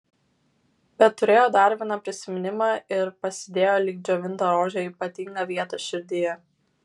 bet turėjo dar vieną prisiminimą ir pasidėjo lyg džiovintą rožę į ypatingą vietą širdyje